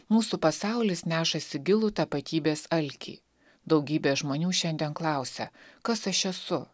mūsų pasaulis nešasi gilų tapatybės alkį daugybė žmonių šiandien klausia kas aš esu